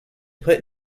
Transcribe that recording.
put